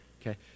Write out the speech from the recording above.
okay